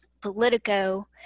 Politico